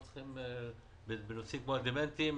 בנושאים כמו הדמנטיים